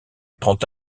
prend